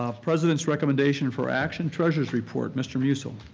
ah president's recommendation for action treasurer's report, mr. musil.